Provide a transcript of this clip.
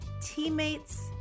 teammates